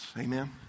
Amen